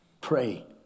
Pray